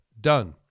done